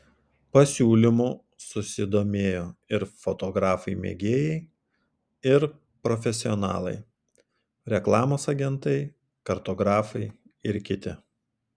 pasiūlymu susidomėjo ir fotografai mėgėjai ir profesionalai reklamos agentai kartografai ir kiti